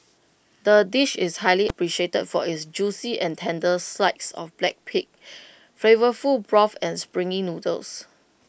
the dish is highly appreciated for its juicy and tender slides of black pig flavourful broth and springy noodles